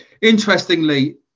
Interestingly